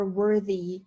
worthy